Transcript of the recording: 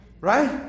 right